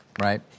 Right